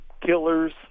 killers